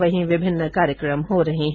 वहीं विभिन्न कार्यक्रम हो रहे है